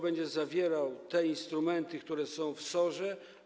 Będzie zawierał instrumenty, które są w SOR.